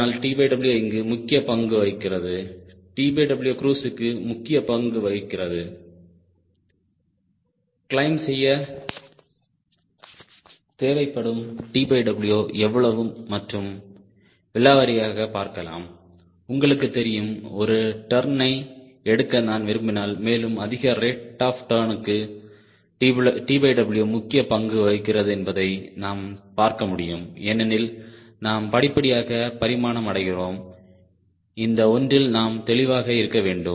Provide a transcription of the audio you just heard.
அதனால் TW இங்கு முக்கிய பங்கு வகிக்கிறதுTW க்ருஸ்க்கு முக்கிய பங்கு வகிக்கிறது கிளைம்ப் செய்ய தேவைப்படம் TW எவ்வளவு மற்றும் விலாவரியாக பார்க்காமல் உங்களுக்கு தெரியும் ஒரு டர்ணை எடுக்க நான் விரும்பினால்மேலும் அதிக ரேட் ஆஃப் டர்ண்க்கு TW முக்கிய பங்கு வகிக்கிறது என்பதை நாம் பார்க்க முடியும் ஏனெனில் நாம் படிப்படியாக பரிமாணம் அடைகிறோம் இந்த ஒன்றில் நாம் தெளிவாக இருக்க வேண்டும்